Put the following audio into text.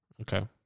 Okay